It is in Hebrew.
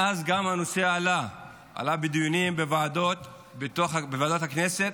ואז הנושא גם עלה בדיונים בוועדות, בוועדת הכנסת,